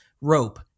rope